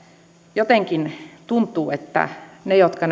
jotenkin tuntuu että niiden jotka